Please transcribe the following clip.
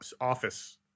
office